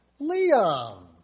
Liam